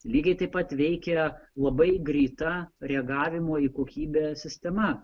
lygiai taip pat veikia labai greita reagavimo į kokybę sistema